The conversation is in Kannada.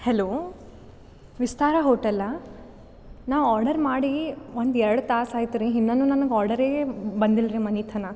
ಹೆಲೋ ವಿಸ್ತಾರ ಹೋಟೆಲಾ ನಾವು ಆರ್ಡರ್ ಮಾಡಿ ಒಂದು ಎರಡು ತಾಸು ಆಯಿತ್ರಿ ಇನ್ನನು ನನಗೆ ಆರ್ಡರೆ ಬಂದಿಲ್ರಿ ಮನೆ ತನಕ